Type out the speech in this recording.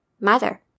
mother